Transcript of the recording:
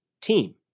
team